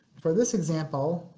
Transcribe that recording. for this example,